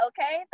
Okay